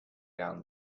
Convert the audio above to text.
down